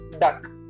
duck